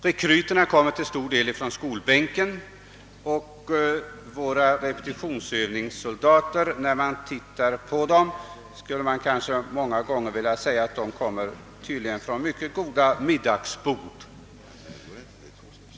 Rekryterna hämtas till stor del direkt från skolbänken, och våra repetitionsövningssoldater tycks många gånger komma från ett mycket gott middagsbord.